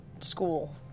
school